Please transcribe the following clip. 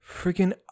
freaking